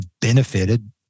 benefited